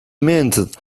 minted